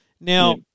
Now